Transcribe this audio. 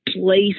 place